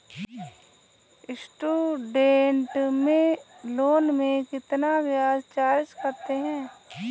Student loan में कितना ब्याज चार्ज करते हैं?